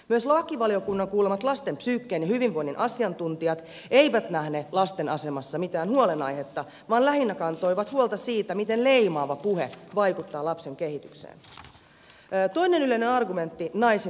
myös lakivaliokunnan kuulemat lasten psyyken ja hyvinvoinnin asiantuntijat eivät nähneet lasten asemassa mitään huolenaihetta vaan lähinnä kantoivat huolta siitä miten leimaava puhe vaikuttaa lapsen kehitykseen